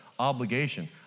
Obligation